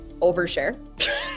overshare